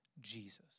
Jesus